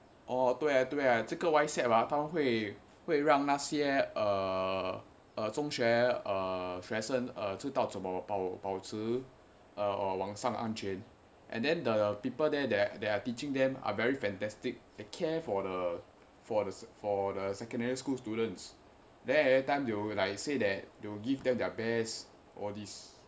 哦对对这个 Whysapp 他会让那些中学学生知道怎么保持网络安全 and then the people there that are teaching them are very fantastic they care for the for the secondary school students then everytime they will like say that they will give them their best all this